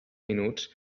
minuts